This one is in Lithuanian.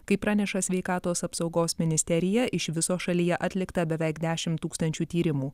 kaip praneša sveikatos apsaugos ministerija iš viso šalyje atlikta beveik dešim tūkstančių tyrimų